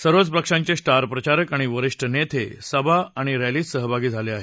सर्वच पक्षांचे स्टार प्रचारक आणि वरीष्ठ नेते सभा आणि रॅलीत सहभागी होत आहेत